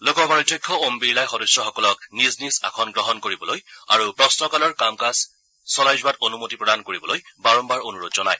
লোকসভাৰ অধ্যক্ষ ওম বিৰলাই সদস্যসকলক নিজ নিজ আসন গ্ৰহণ কৰিবলৈ আৰু প্ৰশ্নকালৰ কাম কাজ চলাই যোৱাত অনুমতি প্ৰদান কৰিবলৈ বাৰম্বাৰ অনুৰোধ জনায়